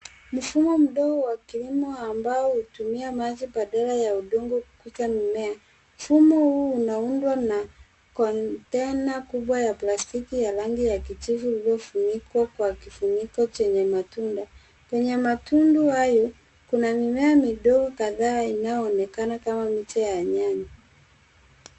Mfumo mdogo wa kilimo ambao hutumia maji badala ya udongo kukuza mimea. Mfumo huu unaundwa na kontena kubwa ya plastiki ya rangi ya kijivu iliyofunikwa kwa kifuniko chenye matundu. Kwenye matundu hayo, kuna mimea midogo kadhaa inaonekana kama miche ya nyanya.